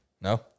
No